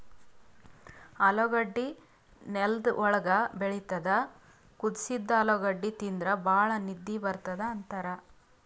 ಆಲೂಗಡ್ಡಿ ನೆಲ್ದ್ ಒಳ್ಗ್ ಬೆಳಿತದ್ ಕುದಸಿದ್ದ್ ಆಲೂಗಡ್ಡಿ ತಿಂದ್ರ್ ಭಾಳ್ ನಿದ್ದಿ ಬರ್ತದ್ ಅಂತಾರ್